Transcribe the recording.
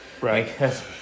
Right